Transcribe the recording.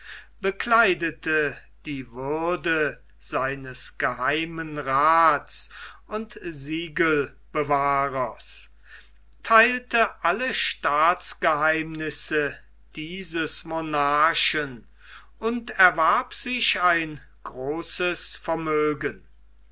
bekleidete die würde seines geheimenraths und siegelbewahrers theilte alle staatsgeheimnisse dieses monarchen und erwarb sich ein großes vermögen